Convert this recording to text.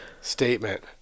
statement